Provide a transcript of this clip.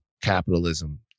capitalism